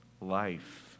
life